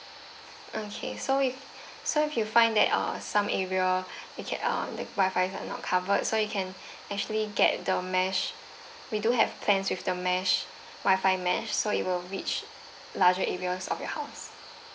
okay so if so if you find that uh some area okay uh the Wi-Fi are not covered so you can actually get the mesh we do have plans with the mesh Wi-Fi mesh so it will reach larger areas of your house